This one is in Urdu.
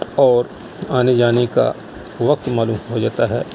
اور آنے جانے کا وقت معلوم ہو جاتا ہے